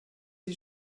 sie